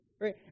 right